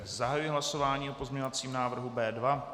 Zahajuji hlasování o pozměňovacím návrhu B2.